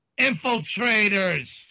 Infiltrators